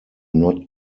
not